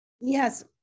Yes